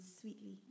sweetly